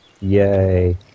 Yay